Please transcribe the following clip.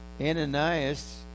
Ananias